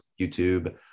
YouTube